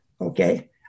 okay